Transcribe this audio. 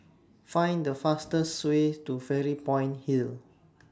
Find The fastest Way to Fairy Point Hill